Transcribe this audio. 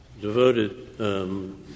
devoted